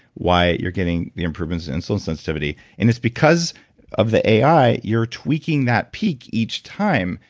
why you're getting the improvements in insulin sensitivity and it's because of the ai, you're tweaking that peak each time,